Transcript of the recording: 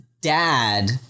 dad